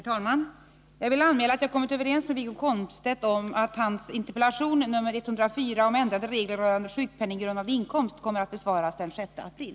Herr talman! Jag vill anmäla att jag har kommit överens med Wiggo Komstedt om att hans interpellation nr 104 om ändrade regler rörande sjukpenninggrundande inkomst kommer att besvaras den 6 april.